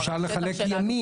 אפשר לחלק ימים.